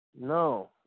No